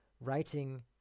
writing